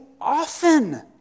often